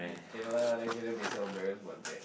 okay lah then she's little bit so embarrassed about that